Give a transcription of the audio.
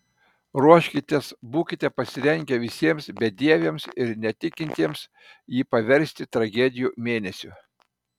ruoškitės būkite pasirengę visiems bedieviams ir netikintiems jį paversti tragedijų mėnesiu